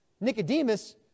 Nicodemus